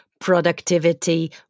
productivity